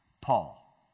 Paul